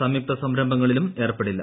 സംയുക്ത സംരംഭങ്ങളിലും ഏർപ്പെടില്ല